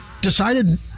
decided